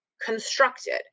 constructed